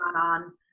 on